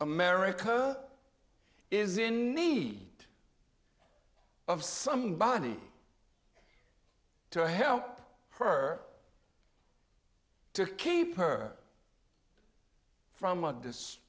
america is in need of somebody to help her to keep her from